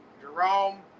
Jerome